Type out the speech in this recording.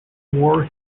war